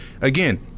again